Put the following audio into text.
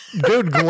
Dude